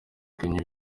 kenya